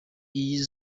iyi